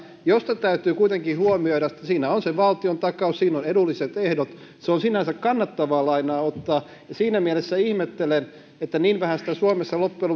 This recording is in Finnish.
josta täytyy kuitenkin huomioida että siinä on se valtiontakaus siinä on edulliset ehdot se on sinänsä kannattavaa lainaa ottaa siinä mielessä ihmettelen että niin vähän sitä suomessa loppujen